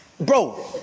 Bro